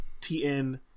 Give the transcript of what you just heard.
Tn